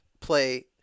play